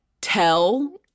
tell